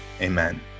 Amen